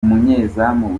umunyezamu